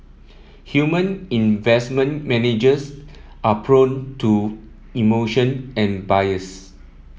human investment managers are prone to emotion and bias